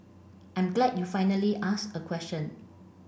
I'm glad you finally asked a question